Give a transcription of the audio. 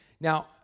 now